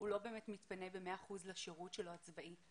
הוא לא באמת מתפנה ב-100 אחוזים לשירות הצבאי שלו,